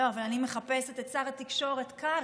לא, אבל אני מחפשת את שר התקשורת קרעי,